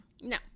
No